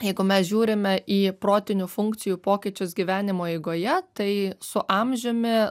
jeigu mes žiūrime į protinių funkcijų pokyčius gyvenimo eigoje tai su amžiumi